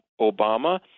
Obama